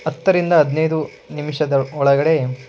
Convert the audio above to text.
ಹತ್ತರಿಂದ ಹದಿನೈದು ನಿಮಿಷದ ಒಳಗಡೆ